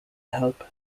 help